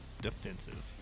defensive